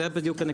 זו בדיוק הנקודה.